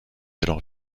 alors